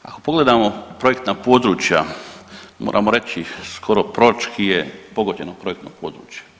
Ako pogledamo projektna područja moramo reći skoro proročki je pogođeno projektno područje.